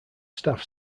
staff